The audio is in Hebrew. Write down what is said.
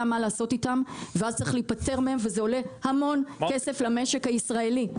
מה לעשות אתם ואז צריך להיפטר מהם וזה עולה המון כסף למשק הישראלי.